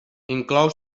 inclou